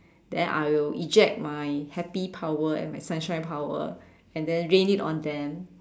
then I will eject my happy power and my sunshine power and then rain it on them